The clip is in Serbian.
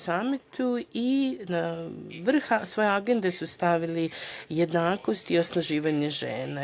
Samitu i na vrh svoje agende su stavili jednakost i osnaživanje žena.